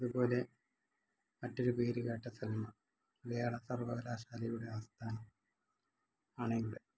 അതുപോലെ മറ്റൊരു പേരുകേട്ട സ്ഥലമാണ് മലയാള സർവ്വകലാശാലയുടെ ആസ്ഥാനം ആണിവിടെ